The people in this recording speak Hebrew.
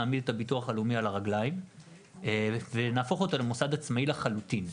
נעמיד את הביטוח הלאומי על הרגליים ונהפוך אותו למוסד עצמאי לחלוטין.